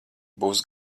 būs